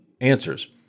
answers